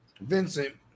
Vincent